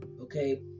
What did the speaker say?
okay